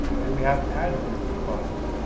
and we have adverb clauses.